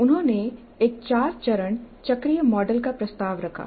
उन्होंने एक 4 चरण चक्रीय मॉडल का प्रस्ताव रखा